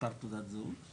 מספר תעודת זהות?